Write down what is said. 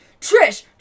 trish